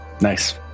Nice